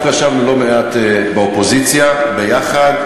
אנחנו ישבנו לא מעט באופוזיציה יחד,